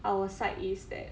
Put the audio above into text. our side is that